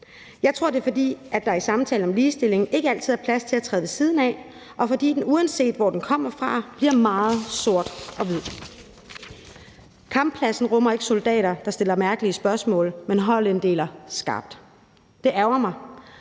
Jeg tror, det er, fordi der i samtalen om ligestilling ikke altid er plads til at træde ved siden af, og fordi den, uanset hvor den kommer fra, bliver meget sort-hvid. Kamppladsen rummer ikke soldater, der stiller mærkelige spørgsmål, men holdinddeler skarpt. Det ærgrer mig,